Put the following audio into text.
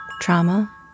trauma